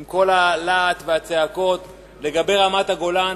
עם כל הלהט והצעקות, לגבי רמת-הגולן.